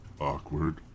awkward